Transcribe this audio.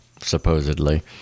supposedly